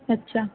अच्छा